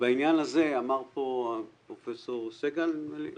בעניין הזה אמר כאן דוקטור סגל